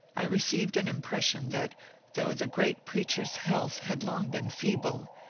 i received an impression that though the great preacher's health had long been feeble,